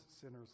sinners